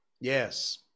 Yes